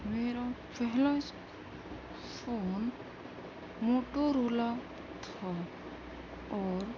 میرا پہلا phone Motorola تھا اور